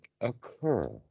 occur